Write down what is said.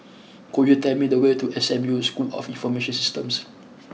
could you tell me the way to S M U School of Information Systems